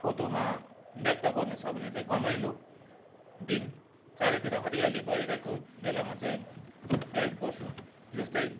फोटोमा व्यक्त गर्नु छ भने चाहिँ घमाइलो दिन चारैतिर हरियाली भइरहेको बेलामा चाहिँ प्रयोग गर्छु जस्तै